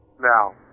Now